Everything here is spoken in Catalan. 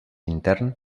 intern